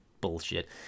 bullshit